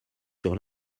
sur